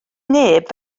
neb